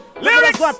Lyrics